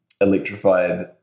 electrified